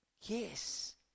Yes